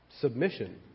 submission